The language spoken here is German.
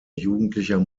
jugendlicher